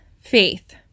faith